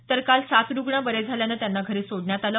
तर काल सात रुग्ण बरे झाल्यानं त्यांना घरी सोडण्यात आलं